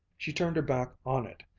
she turned her back on it,